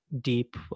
deep